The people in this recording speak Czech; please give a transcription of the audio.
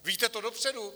Víte to dopředu?